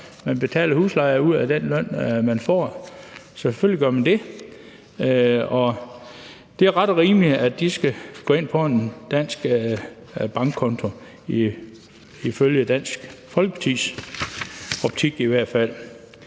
man betaler husleje ud af den løn, man får. Selvfølgelig gør man det. Og det er ret og rimeligt, at pengene skal gå ind på en dansk bankkonto, i hvert fald i Dansk Folkepartis optik. Det er